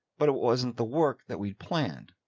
but it wasn't the work that we planned.